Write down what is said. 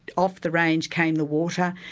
off the range came the water.